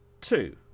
Two